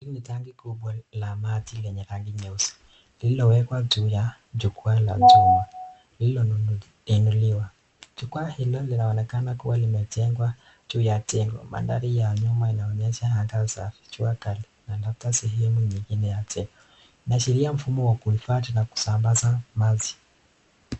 Hili ni tanki kubwa la maji lenye rangi nyeusi, lililowekwa juu ya jukwaa la juu lililoinuliwa. Jukwaa hilo linaonekana kuwa limejengwa juu ya jengo. Mandhari ya nyuma inaonesha anga la jua kali na labda sehemu nyingine ya jengo. Inaashiria mfumo wa kuhifadhi na kusambaza maji.